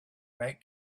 make